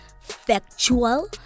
factual